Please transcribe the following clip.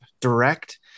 direct